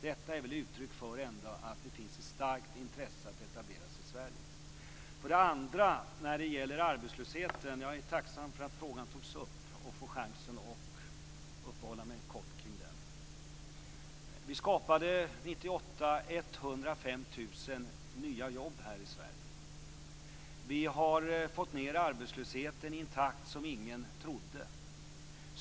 Det är väl ändå uttryck för att det finns ett starkt intresse för att etablera sig i När det gäller arbetslösheten är jag tacksam över att frågan togs upp och över att jag får chansen att uppehålla mig en kort stund vid den. År 1998 skapade vi 105 000 nya jobb här i Sverige. Vi har fått ned arbetslösheten i en takt som ingen trodde på.